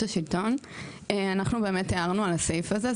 אנחנו הערנו על הסעיף הזה.